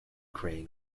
crane